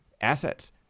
assets